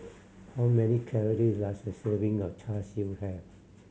how many calorie does a serving of Char Siu have